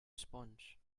sponge